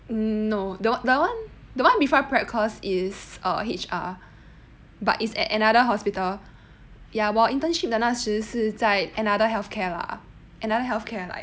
um no the one before prep course is err H_R but it's at another hospital ya 我 internship 的那时是在 another healthcare lah another healthcare like